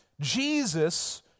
Jesus